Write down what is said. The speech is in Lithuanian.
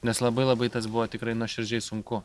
nes labai labai tas buvo tikrai nuoširdžiai sunku